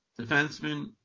defenseman